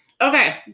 Okay